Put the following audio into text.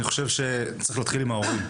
אני חושב שצריך להתחיל עם ההורים.